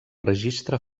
registre